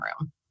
room